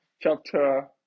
chapter